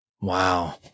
Wow